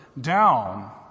down